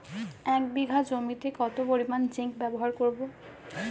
এক বিঘা জমিতে কত পরিমান জিংক ব্যবহার করব?